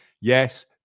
Yes